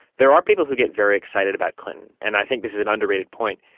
there are people who get very excited about clinton, and i think this is an underrated point.